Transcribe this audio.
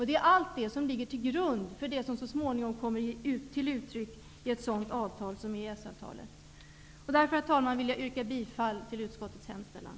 Det är allt detta som ligger till grund för det som så småningom kommer till uttryck i ett sådant avtal som EES-avtalet. Herr talman! Därför vill jag yrka bifall till utskottets hemställan.